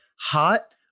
hot